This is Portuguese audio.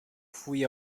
fui